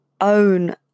own